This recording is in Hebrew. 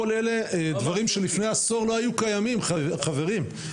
כל אלה דברים שלפני עשור לא היו קיימים, חברים.